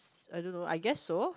I don't know I guess so